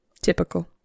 typical